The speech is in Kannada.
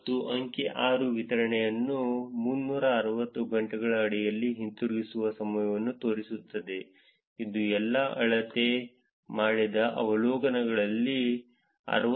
ಮತ್ತು ಅಂಕಿ 6 ವಿತರಣೆಯನ್ನು 360 ಗಂಟೆಗಳ ಅಡಿಯಲ್ಲಿ ಹಿಂತಿರುಗಿಸುವ ಸಮಯವನ್ನು ತೋರಿಸುತ್ತದೆ ಇದು ಎಲ್ಲಾ ಅಳತೆ ಮಾಡಿದ ಅವಲೋಕನಗಳಲ್ಲಿ 69